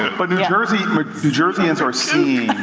but new jersians new jersians are seeing